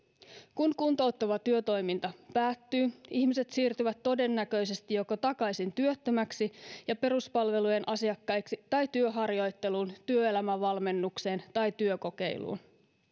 kun kuntouttava työtoiminta päättyy ihmiset siirtyvät todennäköisesti joko takaisin työttömäksi ja peruspalvelujen asiakkaiksi tai työharjoitteluun työelämävalmennukseen tai työkokeiluun